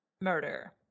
murder